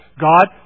God